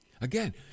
again